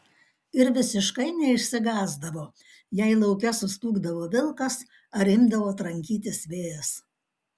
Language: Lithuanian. ir visiškai neišsigąsdavo jei lauke sustūgdavo vilkas ar imdavo trankytis vėjas